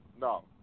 No